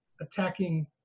attacking